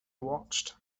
watched